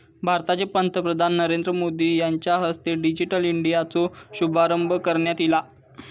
भारताचे पंतप्रधान नरेंद्र मोदी यांच्या हस्ते डिजिटल इंडियाचो शुभारंभ करण्यात ईला